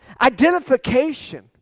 identification